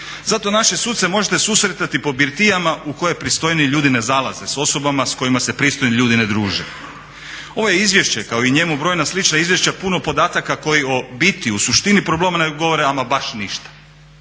Zato naše suce možete susretati po birtijama u koje pristojniji ljudi ne zalaze, s osobama s kojima se pristojni ljudi ne druže. Ovo je izvješće kao i njemu brojna slična izvješća puno podataka koji u biti o suštini problema ne govore ama baš ništa.